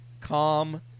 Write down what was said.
calm